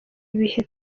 ibihe